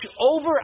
over